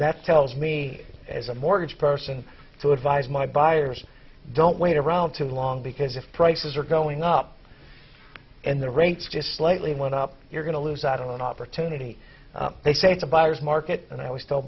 that's tells me as a mortgage person who advised my buyers don't wait around too long because if prices are going up and the rates just slightly went up you're going to lose out on an opportunity they say it's a buyer's market and i was